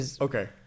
Okay